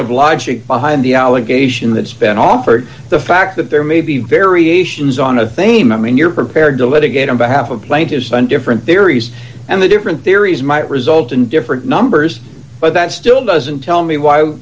of logic behind the allegation that's been offered the fact that there may be variations on a theme i mean you're prepared to litigate on behalf of plaintiffs on different theories and the different theories might result in different numbers but that still doesn't tell me why